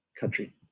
country